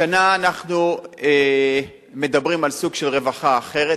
השנה אנחנו מדברים על סוג של רווחה אחרת.